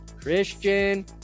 christian